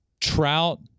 Trout